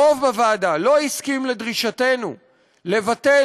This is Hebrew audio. הרוב בוועדה לא הסכים לדרישתנו לבטל